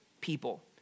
people